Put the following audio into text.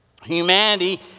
Humanity